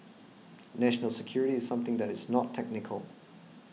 national security is something that is not technical